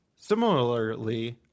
Similarly